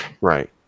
Right